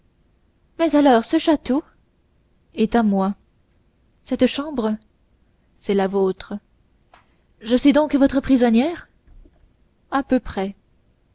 mais alors ce château est à moi cette chambre c'est la vôtre je suis donc votre prisonnière à peu près